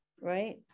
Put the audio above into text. right